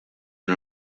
din